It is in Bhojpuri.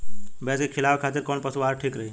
भैंस के खिलावे खातिर कोवन पशु आहार ठीक रही?